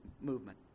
movement